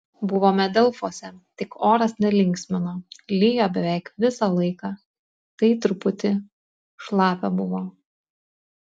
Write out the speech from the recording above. buvome delfuose tik oras nelinksmino lijo beveik visą laiką tai truputį šlapia buvo